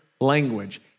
language